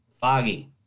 Foggy